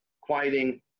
quieting